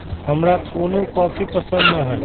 हमरा कोनो कॉफी पसंदे न हए